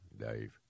Dave